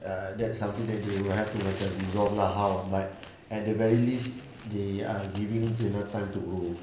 ah that's something that they will have to macam resolve lah how but at the very least they are giving zina time to grow